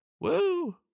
Woo